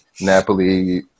Napoli